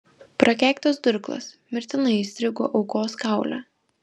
prakeiktas durklas mirtinai įstrigo aukos kaule